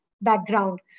background